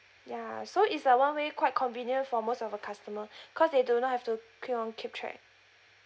ya so it's a one way quite convenient for most of our customer cause they do not have to keep on keep track